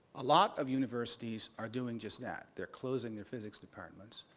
a lot of universities are doing just that, they're closing their physics departments.